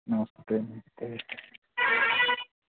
नमस्ते